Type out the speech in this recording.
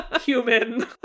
human